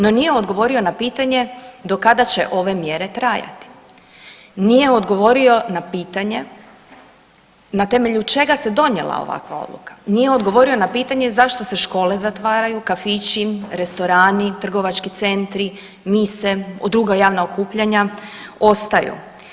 No nije odgovorio na pitanje do kada će ove mjere trajati, nije odgovorio na pitanje na temelju čega se donijela ovakva odluka, nije odgovorio na pitanje zašto se škole zatvaraju, kafići, restorani, trgovački centri, mise … druga javna okupljanja ostaju.